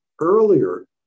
earlier